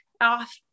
off